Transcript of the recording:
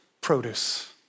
produce